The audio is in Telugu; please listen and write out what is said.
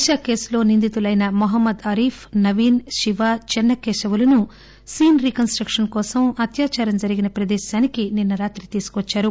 దిశ కేసులో నిందితులైన మహ్మద్ ఆరీఫ్ నవీన్ శివ చెన్న కేశవులును సీన్ రీ కన్ స్టక్షన్ కోసం అత్యాదారం జరిగిన ప్రదేశానికి నిన్స రాత్రి తీసుకువచ్చారు